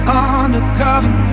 undercover